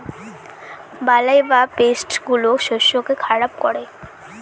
বালাই বা পেস্ট গুলো শস্যকে খারাপ করে